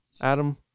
Adam